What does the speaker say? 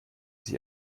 sich